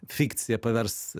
fikciją pavers